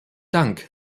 dank